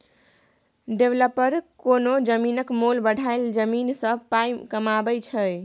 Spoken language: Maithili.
डेबलपर कोनो जमीनक मोल बढ़ाए जमीन सँ पाइ कमाबै छै